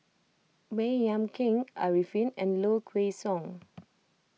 Baey Yam Keng Arifin and Low Kway Song